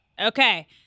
Okay